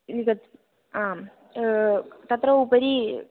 E तत् आम् तत्र उपरि